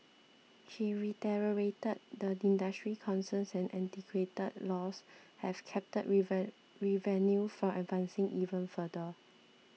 he reiterated the industry's concerns that antiquated laws have capped revenue from advancing even further